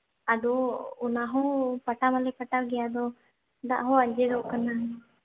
ᱟᱫᱚ ᱚᱱᱟ ᱦᱚᱸ ᱯᱟᱴᱟ ᱢᱟᱞᱮ ᱯᱟᱴᱟᱣ ᱜᱮᱭᱟ ᱟᱫᱚ ᱫᱟᱜ ᱦᱚᱸ ᱟᱸᱡᱮᱫᱚᱜ ᱠᱟᱱᱟ